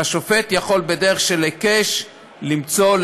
והשופט יכול בדרך של היקש למצוא,